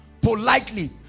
Politely